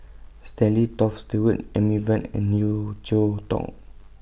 Stanley Toft Stewart Amy Van and Yeo Cheow Tong